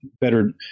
better